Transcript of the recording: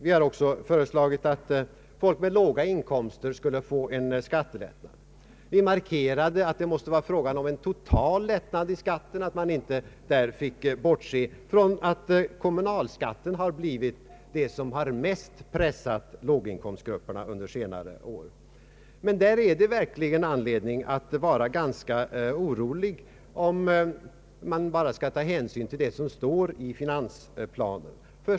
Vi har också föreslagit att folk med låga inkomster skulle få en skattelättnad. Vi markerade att det måste vara fråga om en total lättnad i skatterna och att man inte där fick bortse från att kommunalskatten blivit det som mest pressat låginkomstgrupperna under senare år. Men det finns verkligen anledning att vara ganska orolig, om man bara skall ta hänsyn till vad som står i finansplanen.